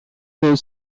eux